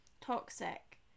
toxic